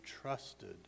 trusted